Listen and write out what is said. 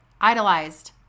idolized